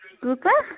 کۭژاہ